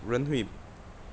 人会